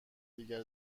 دیگر